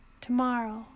tomorrow